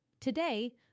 Today